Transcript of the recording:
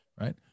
right